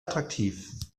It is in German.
attraktiv